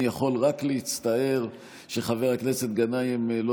אני יכול רק להצטער שחבר הכנסת גנאים לא